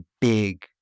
big